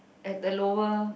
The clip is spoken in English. at the lower